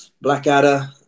Blackadder